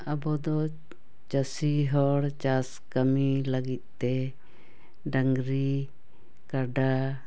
ᱟᱵᱚ ᱫᱚ ᱪᱟᱹᱥᱤ ᱦᱚᱲ ᱪᱟᱥ ᱠᱟᱹᱢᱤ ᱞᱟᱹᱜᱤᱫ ᱛᱮ ᱰᱟᱝᱨᱤ ᱠᱟᱰᱟ